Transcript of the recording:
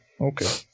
Okay